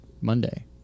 monday